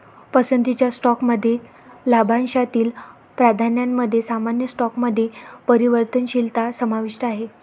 पसंतीच्या स्टॉकमध्ये लाभांशातील प्राधान्यामध्ये सामान्य स्टॉकमध्ये परिवर्तनशीलता समाविष्ट आहे